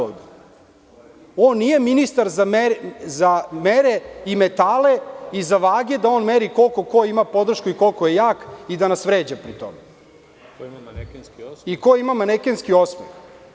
On nije ministar za mere i metale i za vage, da on meri koliko ko ima podršku i koliko je jak i da nas vređa pri tome i ko ima manekenski osmeh.